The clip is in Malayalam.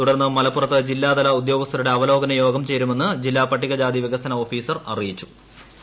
തുടർന്ന് മലപ്പുറത്ത് ജില്ലാതല ഉദ്യോഗസ്ഥരുടെ അവലോകന യോഗം ചേരുമെന്ന് ജില്ലാ പട്ടികജാതി വികസന ഓഫീസർ അറിയിച്ചു കാർഡ് എ